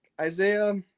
Isaiah